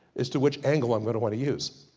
is to which angle i'm gonna want to use.